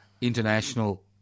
international